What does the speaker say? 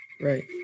Right